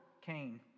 Cain